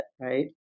right